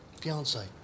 fiance